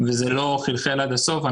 וזה לא חלחל עד הסוף.